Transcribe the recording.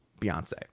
Beyonce